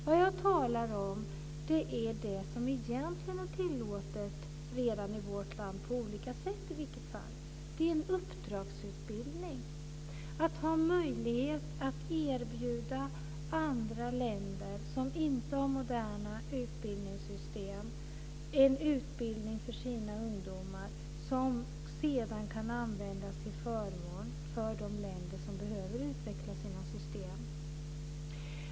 Vad jag talar om är det som egentligen redan är tillåtet i vårt land på olika sätt, nämligen uppdragsutbildning - att ha möjlighet att erbjuda andra länder som inte har moderna utbildningssystem en utbildning för sina ungdomar som sedan kan användas till förmån för de länder som behöver utveckla sina system.